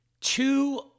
two